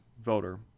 voter